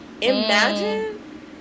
imagine